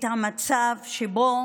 למצב שבו